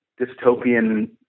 dystopian